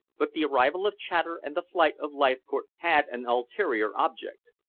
but the arrival of chater and the flight of leithcourt had an ulterior object.